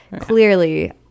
clearly